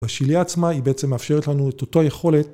השיליה עצמה היא בעצם מאפשרת לנו את אותו היכולת.